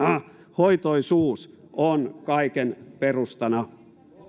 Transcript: hoitoisuus on kaiken perustana